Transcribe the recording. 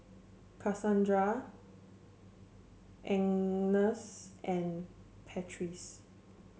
Casandra and Patrice